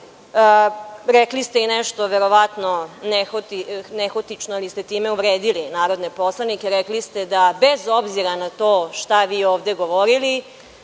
Rekli ste i nešto verovatno nehotično, ali ste time uvredili narodne poslanike, rekli ste da bez obzira na to šta vi ovde govorili,